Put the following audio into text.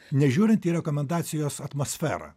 nežiūrint į rekomendacijos atmosferą